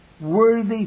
worthy